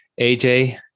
AJ